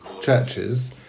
churches